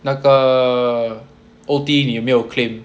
那个 O_T 你有没有 claim